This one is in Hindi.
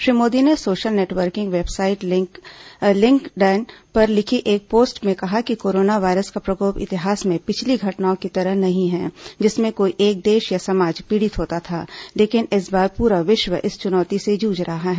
श्री मोदी ने सोशल नेटवर्किंग वेबसाइट लिंकड्इन पर लिखी एक पोस्ट में कहा कि कोरोना वायरस का प्रकोप इतिहास में पिछली घटनाओं की तरह नहीं है जिसमें कोई एक देश या समाज पीड़ित होता था लेकिन इस बार पूरा विश्व इस चुनौती से जूझ रहा है